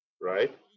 right